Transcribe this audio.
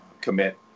commit